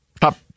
Top